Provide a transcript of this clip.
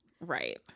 Right